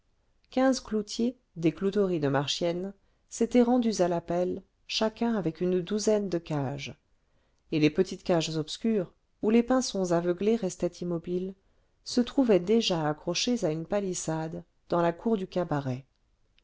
quinze cloutiers des clouteries de marchiennes s'étaient rendus à l'appel chacun avec une douzaine de cages et les petites cages obscures où les pinsons aveuglés restaient immobiles se trouvaient déjà accrochées à une palissade dans la cour du cabaret